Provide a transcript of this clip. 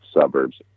suburbs